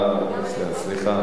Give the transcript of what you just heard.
סליחה.